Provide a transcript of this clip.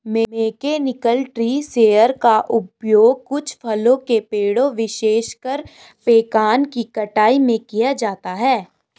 mechanical tree shaker का उपयोग कुछ फलों के पेड़ों, विशेषकर पेकान की कटाई में किया जाता है